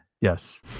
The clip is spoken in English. Yes